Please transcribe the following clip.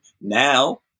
now